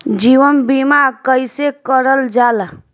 जीवन बीमा कईसे करल जाला?